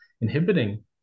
inhibiting